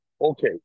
Okay